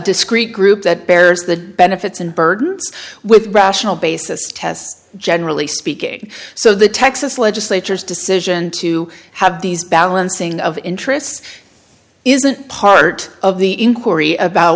discrete group that bears the benefits and burdens with rational basis test generally speaking so the texas legislature is decision to have these balancing of interests isn't part of the inquiry about